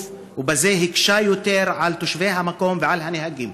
ובזה הקשה יותר על תושבי המקום ועל הנהגים.